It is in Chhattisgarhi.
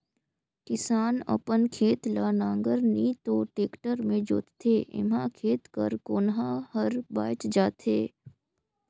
किसान अपन खेत ल नांगर नी तो टेक्टर मे जोतथे एम्हा खेत कर कोनहा हर बाएच जाथे